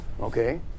okay